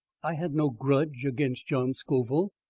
i had no grudge against john scoville.